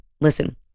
Listen